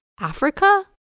Africa